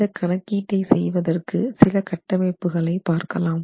இந்த கணக்கீட்டை செய்வதற்கு சில கட்டமைப்புகளை பார்க்கலாம்